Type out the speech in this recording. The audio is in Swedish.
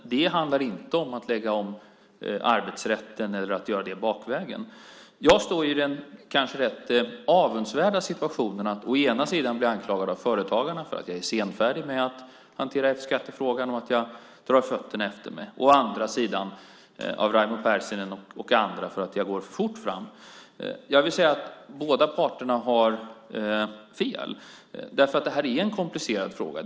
Det handlar inte om att lägga om arbetsrätten bakvägen. Jag står i den kanske rätt avundsvärda situationen att bli anklagad å ena sidan av företagarna för att vara senfärdig med att hantera F-skattefrågan och att jag drar fötterna efter mig, å andra sidan av Raimo Pärssinen och andra för att jag går för fort fram. Båda parterna har fel. Det här är en komplicerad fråga.